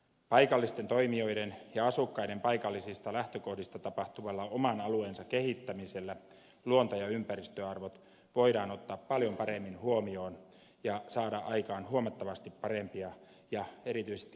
paikallisten toimijoiden ja asukkaiden paikallisista lähtökohdista tapahtuvalla oman alueensa kehittämisellä luonto ja ympäristöarvot voidaan ottaa paljon paremmin huomioon ja saada aikaan huomattavasti parempia ja erityisesti kestävämpiä tuloksia